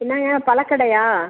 என்னங்க பழக்கடையா